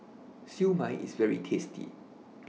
Siew Mai IS very tasty